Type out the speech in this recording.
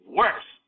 worse